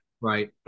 Right